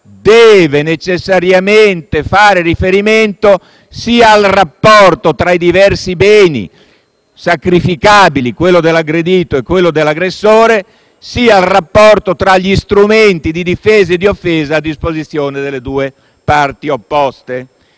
deve necessariamente fare riferimento sia al rapporto tra i diversi beni sacrificabili - quello dell'aggredito e quello dell'aggressore - sia al rapporto tra gli strumenti di difesa e di offesa a disposizione delle due parti opposte.